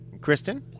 Kristen